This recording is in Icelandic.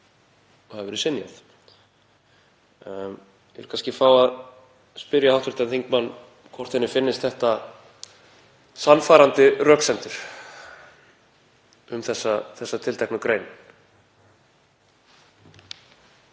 hafi verið synjað. Ég vil kannski fá að spyrja hv. þingmann hvort henni finnist þetta sannfærandi röksemdir um þessa tilteknu grein.